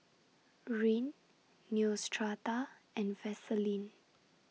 Rene Neostrata and Vaselin